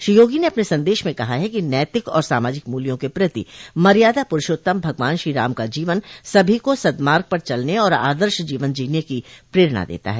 श्री योगी ने अपने संदेश में कहा है कि नैतिक और सामाजिक मूल्यों के प्रति मर्यादा पुरूषोत्तम भगवान श्री राम का जीवन सभी को सदमार्ग पर चलने और आदर्श जीवन जीने की र्प्रेरणा देता है